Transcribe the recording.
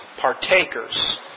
partakers